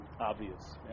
obvious